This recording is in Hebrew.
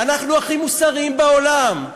"אנחנו הכי מוסריים בעולם",